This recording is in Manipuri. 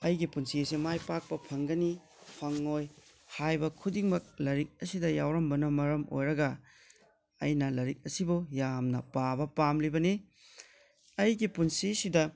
ꯑꯩꯒꯤ ꯄꯨꯟꯁꯤ ꯑꯁꯦ ꯃꯥꯏ ꯄꯥꯀꯄ ꯐꯪꯒꯅꯤ ꯍꯥꯏꯕ ꯈꯨꯗꯤꯡꯃꯛ ꯂꯥꯏꯔꯤꯛ ꯑꯁꯤꯗ ꯌꯥꯎꯔꯝꯕꯅ ꯃꯔꯝ ꯑꯣꯏꯔꯒ ꯑꯩꯅ ꯂꯥꯏꯔꯤꯛ ꯑꯁꯤꯕꯨ ꯌꯥꯝꯅ ꯄꯥꯕ ꯄꯥꯝꯂꯤꯕꯅꯤ ꯑꯩꯒꯤ ꯄꯨꯟꯁꯤꯁꯤꯗ